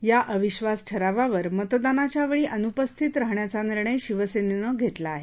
या अविधास ठरावावर मतदानाच्या वेळी अनुपस्थित राहण्याचा निर्णय शिवसेनेनं घेतला आहे